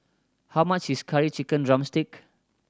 how much is Curry Chicken drumstick